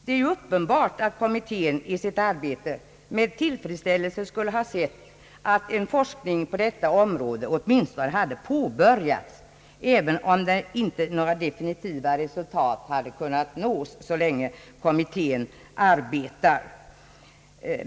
Det är ju uppenbart att kommittén i sitt arbete med tillfredsställelse skulle ha sett att en forskning på detta område åtminstone hade påbörjats även om några definitiva resultat inte hade kunnat nås så länge kommittén arbetar.